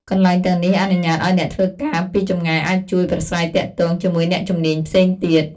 កន្លែងទាំងនេះអនុញ្ញាតឱ្យអ្នកធ្វើការពីចម្ងាយអាចជួបប្រាស្រ័យទាក់ទងជាមួយអ្នកជំនាញផ្សេងទៀត។